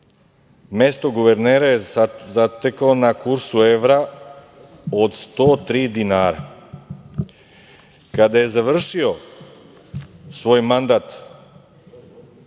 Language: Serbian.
mesto guvernera je zatekao na kursu evra od 103 dinara. Kada je završio svoj mandat,